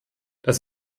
dass